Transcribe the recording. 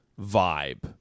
vibe